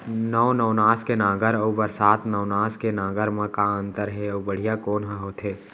नौ नवनास के नांगर अऊ बरसात नवनास के नांगर मा का अन्तर हे अऊ बढ़िया कोन हर होथे?